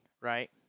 right